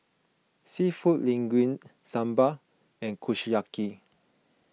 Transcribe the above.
Seafood Linguine Sambar and Kushiyaki